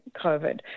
COVID